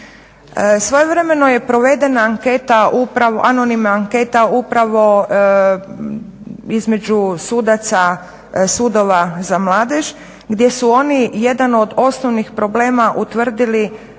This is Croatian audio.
Svojevremeno je provedena anketa, anonimna anketa upravo između sudaca sudova za mladež gdje su oni jedan od osnovnih problema utvrdili